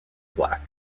black